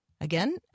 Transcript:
Again